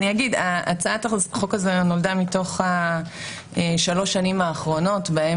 הצעת החוק הזו נולדה מתוך שלוש השנים האחרונות בהן